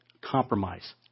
compromise